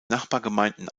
nachbargemeinden